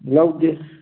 ꯂꯧꯗꯦ